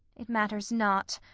it matters not,